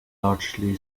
largely